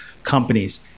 companies